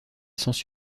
sens